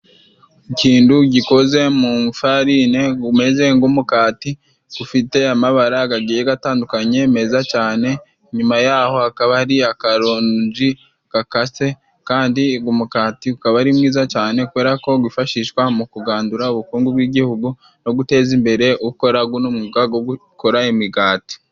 Ikintu gikoze mu farine gumeze nk'umukati gufite amabara gagiye gatandukanye, meza cyane nyuma yaho hakaba hari akaronji gakase, kandi ugo mukati ukaba ari mwiza cyane, kubera ko gwifashishwa mu kugandura ubukungu bw'igihugu no guteza imbere ukora guno mwuga wo gukora imigati.